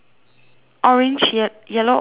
orange shirt yellow orange